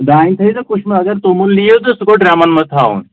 دانہِ تھٲیزیو کُچھہِ منٛز اگر توٚمُل نِیِو تہٕ سُہ گوٚو ڈرٛمَن منٛز تھاوُن